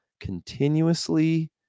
continuously